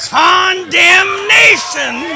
condemnation